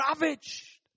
ravaged